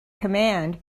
command